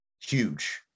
huge